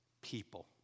People